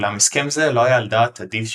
אולם הסכם זה לא היה על דעת אדיב שישכלי,